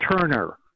Turner